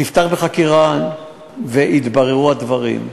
והיא תפתח בחקירה ויתבררו הדברים.